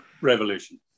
revolution